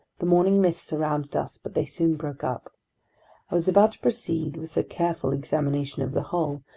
the morning mists surrounded us, but they soon broke up. i was about to proceed with a careful examination of the hull,